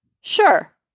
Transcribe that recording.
sure